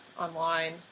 online